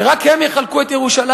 שרק הם יחלקו את ירושלים,